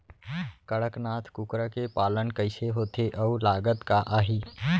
कड़कनाथ कुकरा के पालन कइसे होथे अऊ लागत का आही?